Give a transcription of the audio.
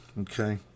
okay